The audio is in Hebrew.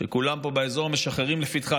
שכולם פה באזור משחרים לפתחה?